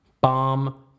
Bomb